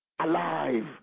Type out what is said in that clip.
alive